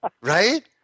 right